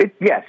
Yes